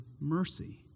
mercy